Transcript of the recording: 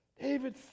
David